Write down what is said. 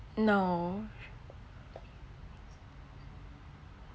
no